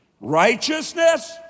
righteousness